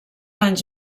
anys